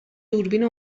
دوربین